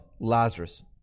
Lazarus